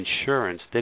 insurance